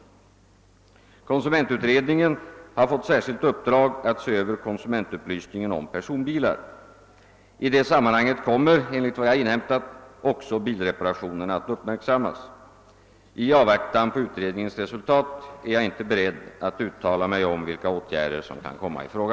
Konsumentutredningen har fått särskilt uppdrag att se över konsumentupplysningen om personbilar. I det sammanhanget kommer, enligt vad jag inhämtat, också bilreparationerna att uppmärksammas. I avvaktan på utredningens resultat är jag inte beredd att uttala mig om vilka åtgärder som kan komma i fråga.